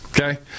Okay